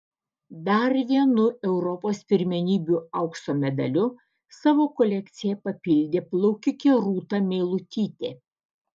dar vienu europos pirmenybių aukso medaliu savo kolekciją papildė plaukikė rūta meilutytė